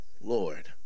Lord